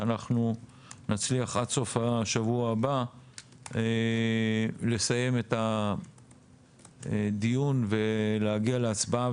שאנחנו נצליח עד סוף שבוע הבא לסיים את הדיון ולהגיע להצבעה